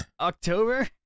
October